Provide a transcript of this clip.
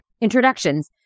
introductions